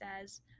says